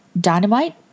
Dynamite